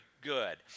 good